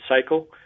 cycle